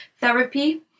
therapy